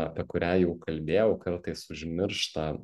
apie kurią jau kalbėjau kartais užmiršta